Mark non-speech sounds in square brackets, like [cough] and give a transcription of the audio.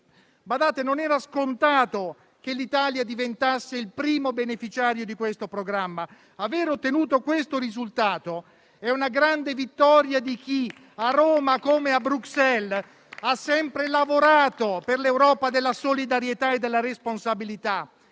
non era scontato che l'Italia diventasse il primo beneficiario di questo programma. [applause] Aver ottenuto questo risultato è una grande vittoria di chi, a Roma come a Bruxelles, ha sempre lavorato per l'Europa della solidarietà e della responsabilità.